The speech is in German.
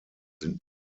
sind